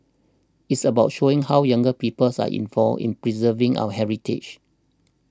it's about showing how younger peoples are involved in preserving our heritage